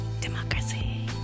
Democracy